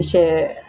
ವಿಷಯ